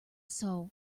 soul